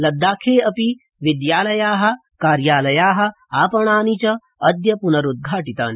लद्दाखे अपि विद्यालया कार्यालया अपणानि च पुनरुद्वाटिता